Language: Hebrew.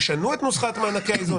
ישנו את נוסחת מענקי האיזון?